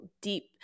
deep